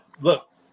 look